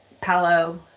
Palo